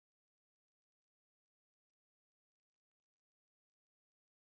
on the right side on the top oh the right side the top of the picture